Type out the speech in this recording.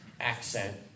accent